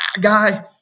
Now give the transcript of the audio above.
guy